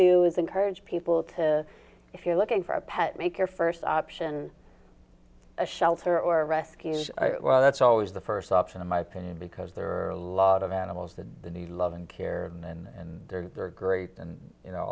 do is encourage people to if you're looking for a pet make your first option a shelter or rescue well that's always the first option in my opinion because there are a lot of animals that need love and care and they're great and you know